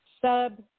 sub-